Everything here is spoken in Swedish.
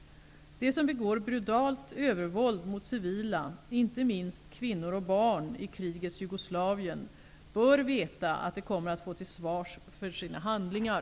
De som begår brutalt övervåld mot civila inte minst kvinnor och barn, i krigets Jugoslavien bör veta att de kommer att få stå till svars för sina handlingar.